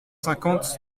cinquante